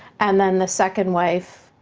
and then the second wife,